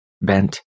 Bent